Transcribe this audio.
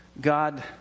God